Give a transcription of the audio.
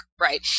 right